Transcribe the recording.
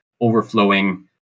overflowing